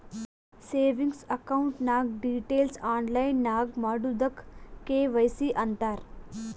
savings account ನಾಗ್ details online ನಾಗ್ ಮಾಡದುಕ್ ಕೆ.ವೈ.ಸಿ ಅಂತಾರ್